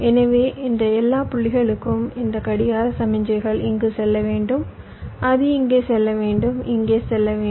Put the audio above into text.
எனவே இந்த எல்லா புள்ளிகளுக்கும் இந்த கடிகார சமிக்ஞைகள் இங்கு செல்ல வேண்டும் அது இங்கே செல்ல வேண்டும் இங்கே செல்ல வேண்டும்